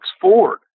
Ford